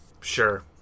Sure